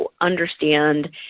understand